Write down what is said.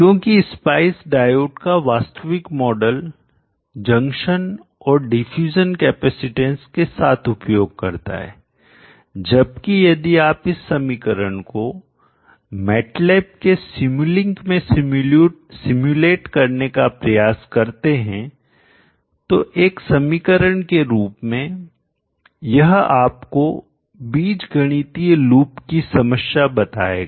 क्योंकि SPICE diode का वास्तविक मॉडल जंक्शन और डिफ्यूजन कैपेसिटेंस के साथ उपयोग करता है जबकि यदि आप इस समीकरण को MATLAB के Simulink में सिम्युलेट करने का प्रयास करते हैं तो एक समीकरण के रूप में यह आपको बीज गणितीय लूप की समस्या बताएगा